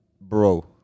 Bro